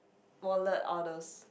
wallet all those